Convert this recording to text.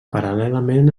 paral·lelament